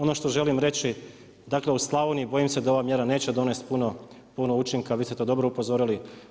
Ono što želim reći, dakle u Slavoniji bojim se da ova mjera neće donesti puno učinka, vi ste to dobro upozorili.